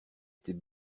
était